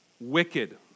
wicked